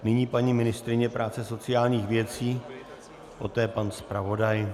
Nyní paní ministryně práce a sociálních věcí, poté pan zpravodaj.